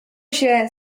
się